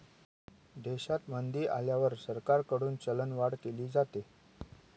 देशात मंदी आल्यावर सरकारकडून चलनवाढ केली जाते